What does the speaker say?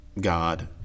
God